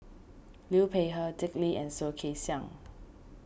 Liu Peihe Dick Lee and Soh Kay Siang